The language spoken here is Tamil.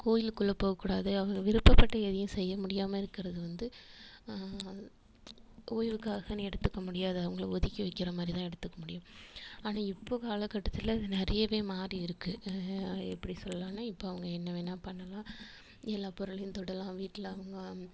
கோயிலுக்குள்ளே போகக்கூடாது அவங்க விருப்பப்பட்டு எதையும் செய்ய முடியாமல் இருக்கிறது வந்து கோயிலுக்காகன்னு எடுத்துக்க முடியாது அவங்கள ஒதுக்கி வைக்கிற மாதிரி தான் எடுத்துக்க முடியும் ஆனால் இப்போது காலகட்டத்தில் அது நிறையவே மாறி இருக்குது எப்படி சொல்லலானால் இப்போது அவங்க என்ன வேணால் பண்ணலாம் எல்லாப் பொருளையும் தொடலாம் வீட்டில் அவங்க